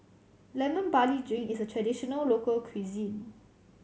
Lemon Barley Drink is a traditional local cuisine